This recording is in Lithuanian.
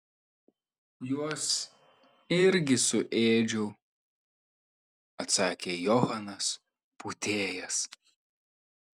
juos irgi suėdžiau atsakė johanas pūtėjas